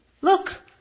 Look